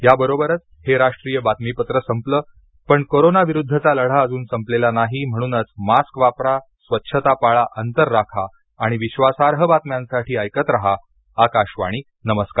याबरोबरच हे राष्ट्रीय बातमीपत्र संपलं पण कोरोना विरुद्धचा लढा अजून संपलेला नाही म्हणूनच मास्क वापरा स्वच्छता पाळा अंतर राखा आणि विश्वासार्ह बातम्यांसाठी ऐकत रहा आकाशवाणी नमस्कार